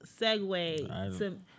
segue